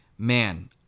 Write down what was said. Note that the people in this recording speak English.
man